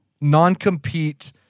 non-compete